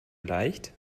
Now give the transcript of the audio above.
leicht